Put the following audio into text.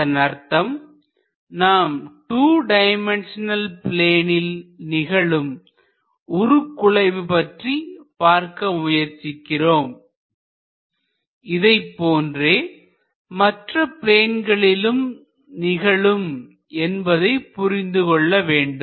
அதன் அர்த்தம் நாம் 2 டைமென்ஷநல் ப்ளேனில் நிகழும் உருக்குலைவு பற்றி பார்க்க முயற்சிக்கிறோம் இதைப்போன்றே மற்ற ப்ளேன்களிலுல் நிகழும் என்பதை புரிந்துகொள்ள வேண்டும்